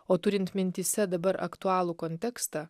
o turint mintyse dabar aktualų kontekstą